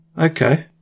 Okay